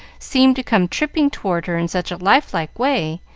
seemed to come tripping toward her in such a life-like way,